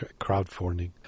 crowdfunding